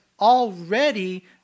already